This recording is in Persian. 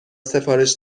سفارش